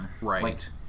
Right